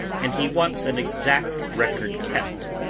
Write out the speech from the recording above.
and he wants an exact record kept.